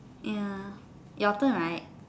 ya your turn right